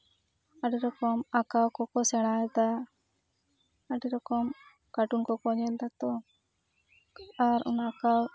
ᱟᱹᱰᱤ ᱨᱚᱠᱢ ᱟᱸᱠᱟᱣ ᱠᱚᱠᱚ ᱥᱮᱬᱟᱭᱮᱫᱟ ᱟᱹᱰᱤ ᱨᱚᱠᱚᱢ ᱠᱟᱹᱴᱩᱱ ᱠᱚᱠᱚ ᱧᱮᱞᱮᱫᱟ ᱛᱚ ᱟᱨ ᱚᱱᱟ ᱠᱚ